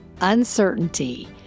uncertainty